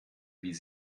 wie